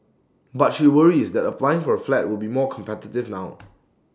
but she worries that applying for A flat will be more competitive now